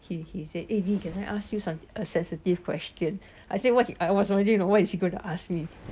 he he said eh dcan I ask you som~ a sensitive question I said [what] I was wondering what is he going to ask me